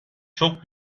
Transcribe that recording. çok